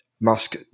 Musk